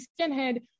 skinhead